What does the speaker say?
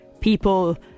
people